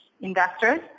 investors